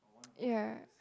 ya